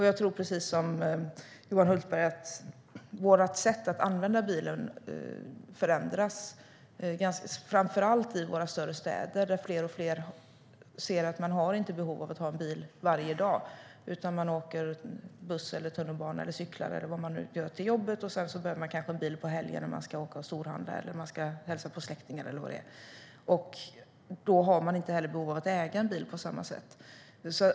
Jag tror precis som Johan Hultberg att vårt sätt att använda bilen förändras, framför allt i våra större städer. Där ser allt fler att man inte har behov av en bil varje dag. Man åker buss eller tunnelbana eller cyklar - eller vad man nu gör - till jobbet. Sedan behöver man kanske en bil på helgen när man ska åka och storhandla eller hälsa på släktingar. Då har man inte heller behov av att äga en bil på samma sätt.